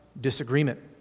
disagreement